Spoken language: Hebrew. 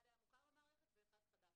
אחד היה מוכר למערכת ואחד חדש.